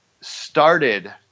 started